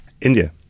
India